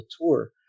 tour